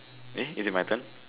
eh is it my turn